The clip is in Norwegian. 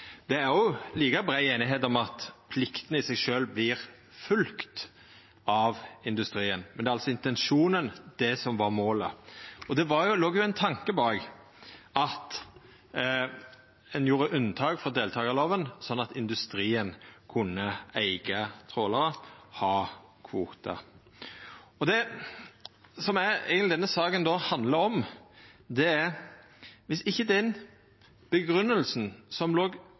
Det er òg like brei einigheit om at plikta i seg sjølv vert følgd av industrien, men det er altså intensjonen, det som var målet. Og det låg jo ein tanke bak at ein gjorde unntak frå deltakarloven, sånn at industrien kunne eiga trålarar og ha kvotar. Det som denne saka då eigentleg handlar om, er: Viss ikkje den grunngjevinga som låg